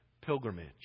pilgrimage